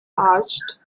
arched